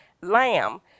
lamb